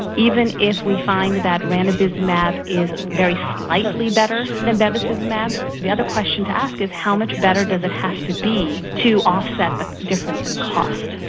even if we find that ranibizumab is very slightly better than bevacizumab, the other question to ask is how much better does it have to be to offset difference in cost.